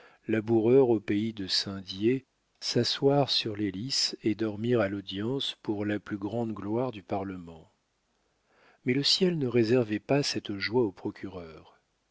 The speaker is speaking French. laboureur au pays de saint dié s'asseoir sur les lis et dormir à l'audience pour la plus grande gloire du parlement mais le ciel ne réservait pas cette joie au procureur